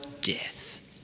death